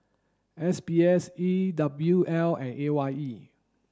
S B S E W L and A Y E